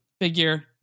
figure